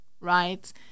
right